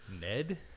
Ned